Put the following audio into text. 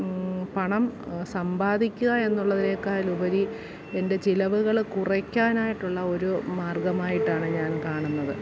പണം സമ്പാദിക്കുക എന്നുള്ളതിനേക്കാൾ ഉപരി എൻ്റെ ചിലവുകൾ കുറയ്ക്കാനായിട്ടുള്ള ഒരു മാർഗ്ഗമായിട്ടാണ് ഞാൻ കാണുന്നത്